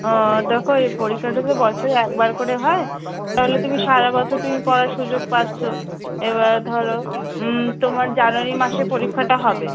ও দেখো এই পরীক্ষাটা তো বছরে একবার করে হয় তাহলে তুমি সারা বছর তুমি পড়ার সুযোগ পাচ্ছো এবার ধরো তোমার জানুয়ারি মাসে পরীক্ষাটা হবে